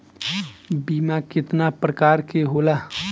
बीमा केतना प्रकार के होला?